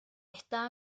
está